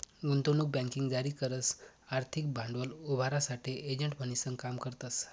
गुंतवणूक बँकिंग जारी करस आर्थिक भांडवल उभारासाठे एजंट म्हणीसन काम करतस